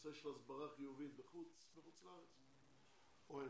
בנושא של הסברה חיובית בחוץ לארץ או אין?